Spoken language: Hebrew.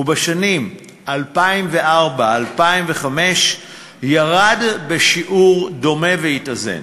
ובשנים 2004 ו-2005 הוא ירד בשיעור דומה והתאזן.